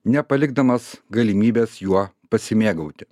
nepalikdamas galimybės juo pasimėgauti